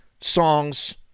songs